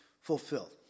fulfilled